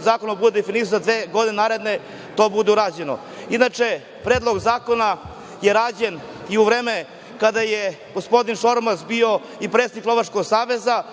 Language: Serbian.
zakonom bude definisano da u naredne dve godine to bude urađeno. Inače, Predlog zakona je rađen i u vreme kada je gospodin Šormaz bio i predsednik Lovačkog saveza